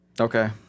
Okay